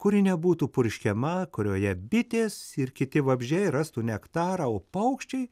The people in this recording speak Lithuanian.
kuri nebūtų purškiama kurioje bitės ir kiti vabzdžiai rastų nektarą o paukščiai